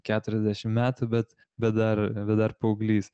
keturiasdešim metų bet bet dar bet dar paauglys